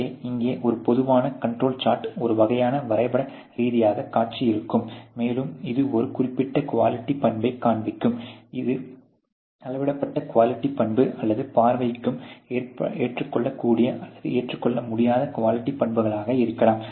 எனவே இங்கே ஒரு பொதுவான கண்ட்ரோல் சார்ட் ஒரு வகையான வரைபட ரீதியாக காட்சி இருக்கும் மேலும் இது ஒரு குறிப்பிட்ட குவாலிட்டிப் பண்பைக் காண்பிக்கும் இது அளவிடப்பட்ட குவாலிட்டிப் பண்பு அல்லது பார்வைக்கு ஏற்றுக்கொள்ளக்கூடிய அல்லது ஏற்றுக்கொள்ள முடியாத குவாலிட்டிப் பண்புகளாக இருக்கலாம்